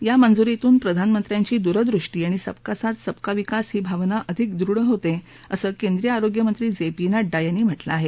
या मंजुरीतून प्रधानमंत्र्याची दूरवृष्टी आणि सबका साथ सबका विकास ही भावना अधिक दृढ होते असं केंद्रीय आरोग्य मंत्री जे पी नङ्डा यांनी म्हाझे आहे